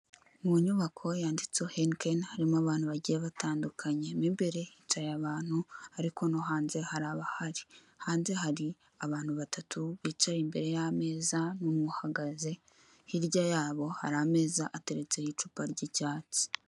Mu nyubako yanditseho Heineken harimo abantu bagiye batandunkanye mo imbere hicaye abantu ariko no hanze hari abahari, hanze hari abantu batatu bicaye imbere y'ameza n'umwe uhagaze, hirya yaho hari ameza ateretseho icupa ry'icyatsi.